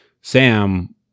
Sam